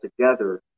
together